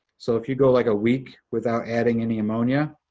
so if you go like a week without adding any ammonia,